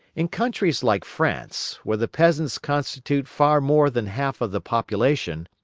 in countries like france, where the peasants constitute far more than half of the population,